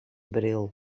bril